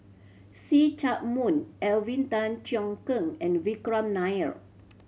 See Chak Mun Alvin Tan Cheong Kheng and Vikram Nair